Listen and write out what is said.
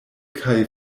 kaj